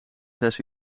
zes